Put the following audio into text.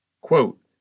Quote